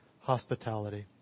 hospitality